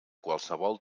qualsevol